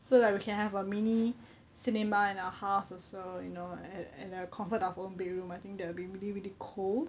so like we can have a mini cinema in our house also you know at at the comfort of our own bedroom I think that would be really really cool